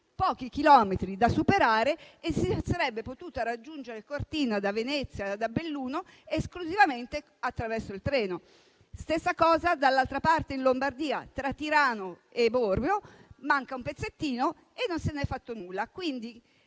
Pochi chilometri da superare e si sarebbe potuta raggiungere Cortina da Venezia e da Belluno esclusivamente con il treno. Stessa cosa dall'altra parte in Lombardia: tra Tirano e Bormio manca un pezzettino, ma non se ne è fatto nulla.